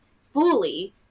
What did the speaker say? fully